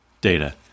Data